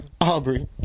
Aubrey